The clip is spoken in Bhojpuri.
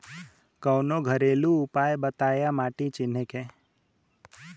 कवनो घरेलू उपाय बताया माटी चिन्हे के?